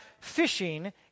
fishing